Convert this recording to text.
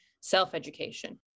self-education